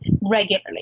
regularly